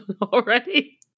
already